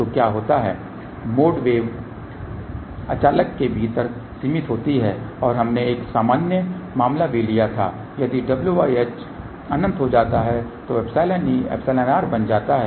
तो क्या होता है मोड वेव अचालक के भीतर सीमित होती है और हमने एक सामान्य मामला भी लिया था यदि wh अनंत हो जाता है तो εe εr बन जाता है